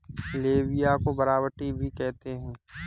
लोबिया को बरबट्टी भी कहते हैं